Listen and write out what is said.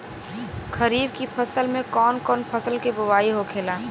खरीफ की फसल में कौन कौन फसल के बोवाई होखेला?